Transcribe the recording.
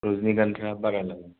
रजनिगन्धाखौ बारा लायो